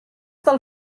del